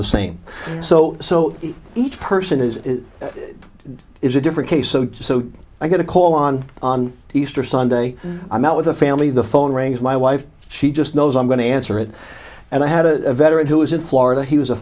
the same so so each person is is a different case so i get a call on easter sunday i'm out with the family the phone rings my wife she just knows i'm going to answer it and i had a veteran who was in florida he was a